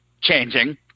changing